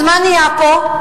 אז מה נהיה פה?